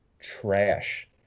Trash